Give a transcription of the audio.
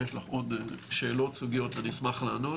אם יש לך עוד שאלות, סוגיות אני אשמח לענות.